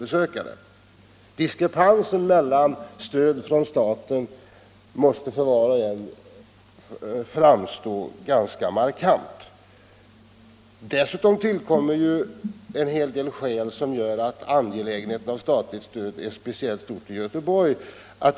Diskrepansen mellan dessa båda utbetalningar av stöd från staten måste för var och en framstå som ganska markant. Dessutom tillkommer en hel del skäl som gör att angelägenheten av statligt stöd är speciellt stor i Göteborg.